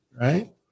right